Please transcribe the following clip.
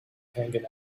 hanging